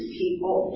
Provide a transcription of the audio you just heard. people